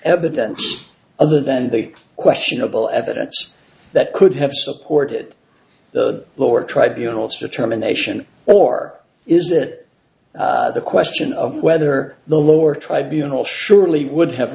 evidence other than the questionable evidence that could have supported the lower tribunals determination or is it the question of whether the lower tribunals surely would have